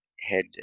head